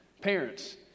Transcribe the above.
Parents